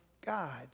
God